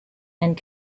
and